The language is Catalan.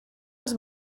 els